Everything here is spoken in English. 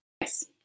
Yes